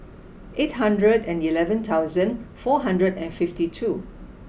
eight hundred and eleven thousand four hundred and fifty two